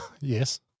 Yes